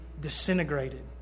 disintegrated